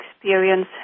experience